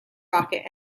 rocket